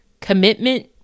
commitment